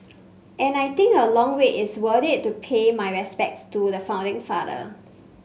and I think a long wait is worth it to pay my respects to the founding father